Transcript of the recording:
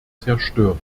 zerstört